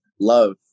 love